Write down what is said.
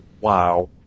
wow